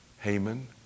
Haman